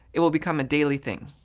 it will become a daily thing.